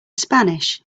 spanish